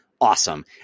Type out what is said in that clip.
Awesome